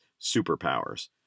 superpowers